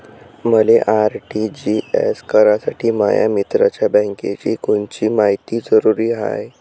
मले आर.टी.जी.एस करासाठी माया मित्राच्या बँकेची कोनची मायती जरुरी हाय?